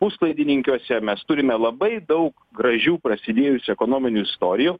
puslaidininkiuose mes turime labai daug gražių prasidėjusių ekonominių istorijų